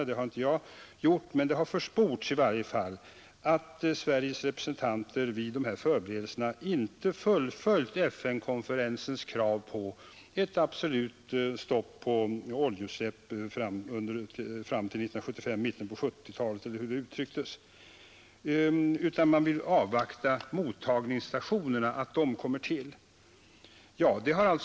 Det har inte jag gjort, men jag har i varje fall försport att Sveriges representanter vid förberedelserna för konferensen inte förklarat sig beredda att medverka till att FN-konferensens krav på ett absolut stopp på oljeutsläpp slår igenom i mitten av 1970-talet utan vill avvakta att mottagningsstationerna kommer till i hamnarna.